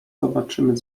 zobaczymy